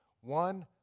one